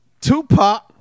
Tupac